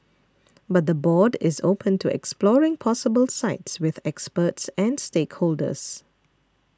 but the board is open to exploring possible sites with experts and stakeholders